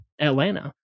Atlanta